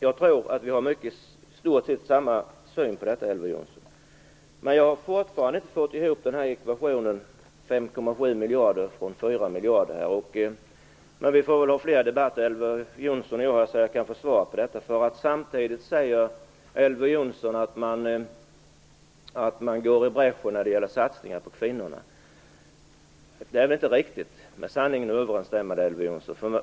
Jag tror att vi har i stort sett samma syn på detta, Elver Jonsson. Jag har fortfarande inte fått ihop ekvationen vad gäller att Folkpartiet vill dra in 5,7 miljarder fastän det bara finns 4 miljarder. Men vi får väl ha fler debatter, så att jag kan få ett svar på detta. Elver Jonsson säger ju samtidigt att Folkpartiet går i bräschen när det gäller satsningar på kvinnorna. Det är väl inte riktigt med sanningen överensstämmande.